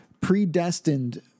predestined